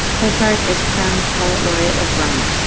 petrarch is crowned poet laureate of rome.